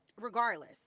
Regardless